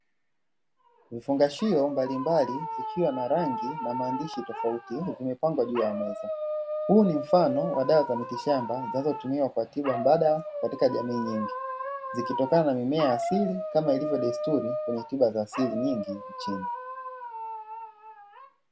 Vifungashio mbalimbali vikiwa na rangi na maandishi tofauti vimepangwa juu ya meza. Huu ni mfano wa dawa za mitishamba zinazotumiwa kwa tiba mbadala, katika jamii nyingi, zikitokana na mimea asili kama ilivyo desturi kwenye tiba za asili nyingi nchini.